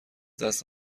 دست